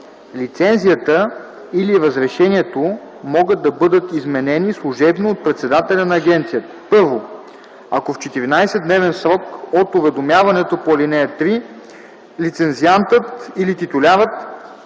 Лицензията или разрешението могат да бъдат изменени служебно от председателя на агенцията: 1. ако в 14-дневен срок от уведомяването по ал. 3 лицензиантът или титулярът